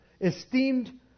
esteemed